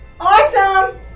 Awesome